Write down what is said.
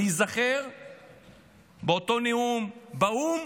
להיזכר באותו נאום באו"ם